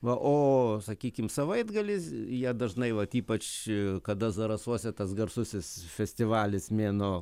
va o sakykim savaitgaliais jie dažnai vat ypač kada zarasuose tas garsusis festivalis mėnuo